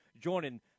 joining